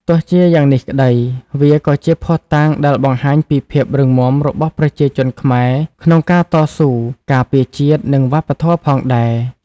ទោះជាយ៉ាងនេះក្ដី វាក៏ជាភស្តុតាងដែលបង្ហាញពីភាពរឹងមាំរបស់ប្រជាជនខ្មែរក្នុងការតស៊ូការពារជាតិ និងវប្បធម៌ផងដែរ។